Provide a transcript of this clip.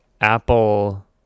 Apple